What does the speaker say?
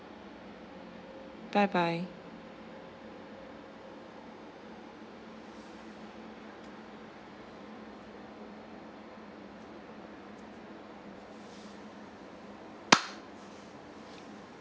bye bye